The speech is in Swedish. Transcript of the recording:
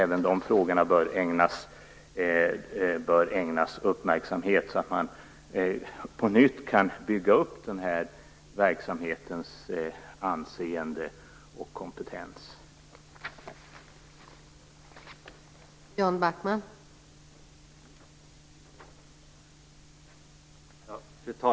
Även de frågorna bör ägnas uppmärksamhet så att verksamhetens anseende och kompetens på nytt kan byggas upp.